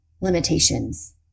limitations